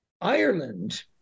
Ireland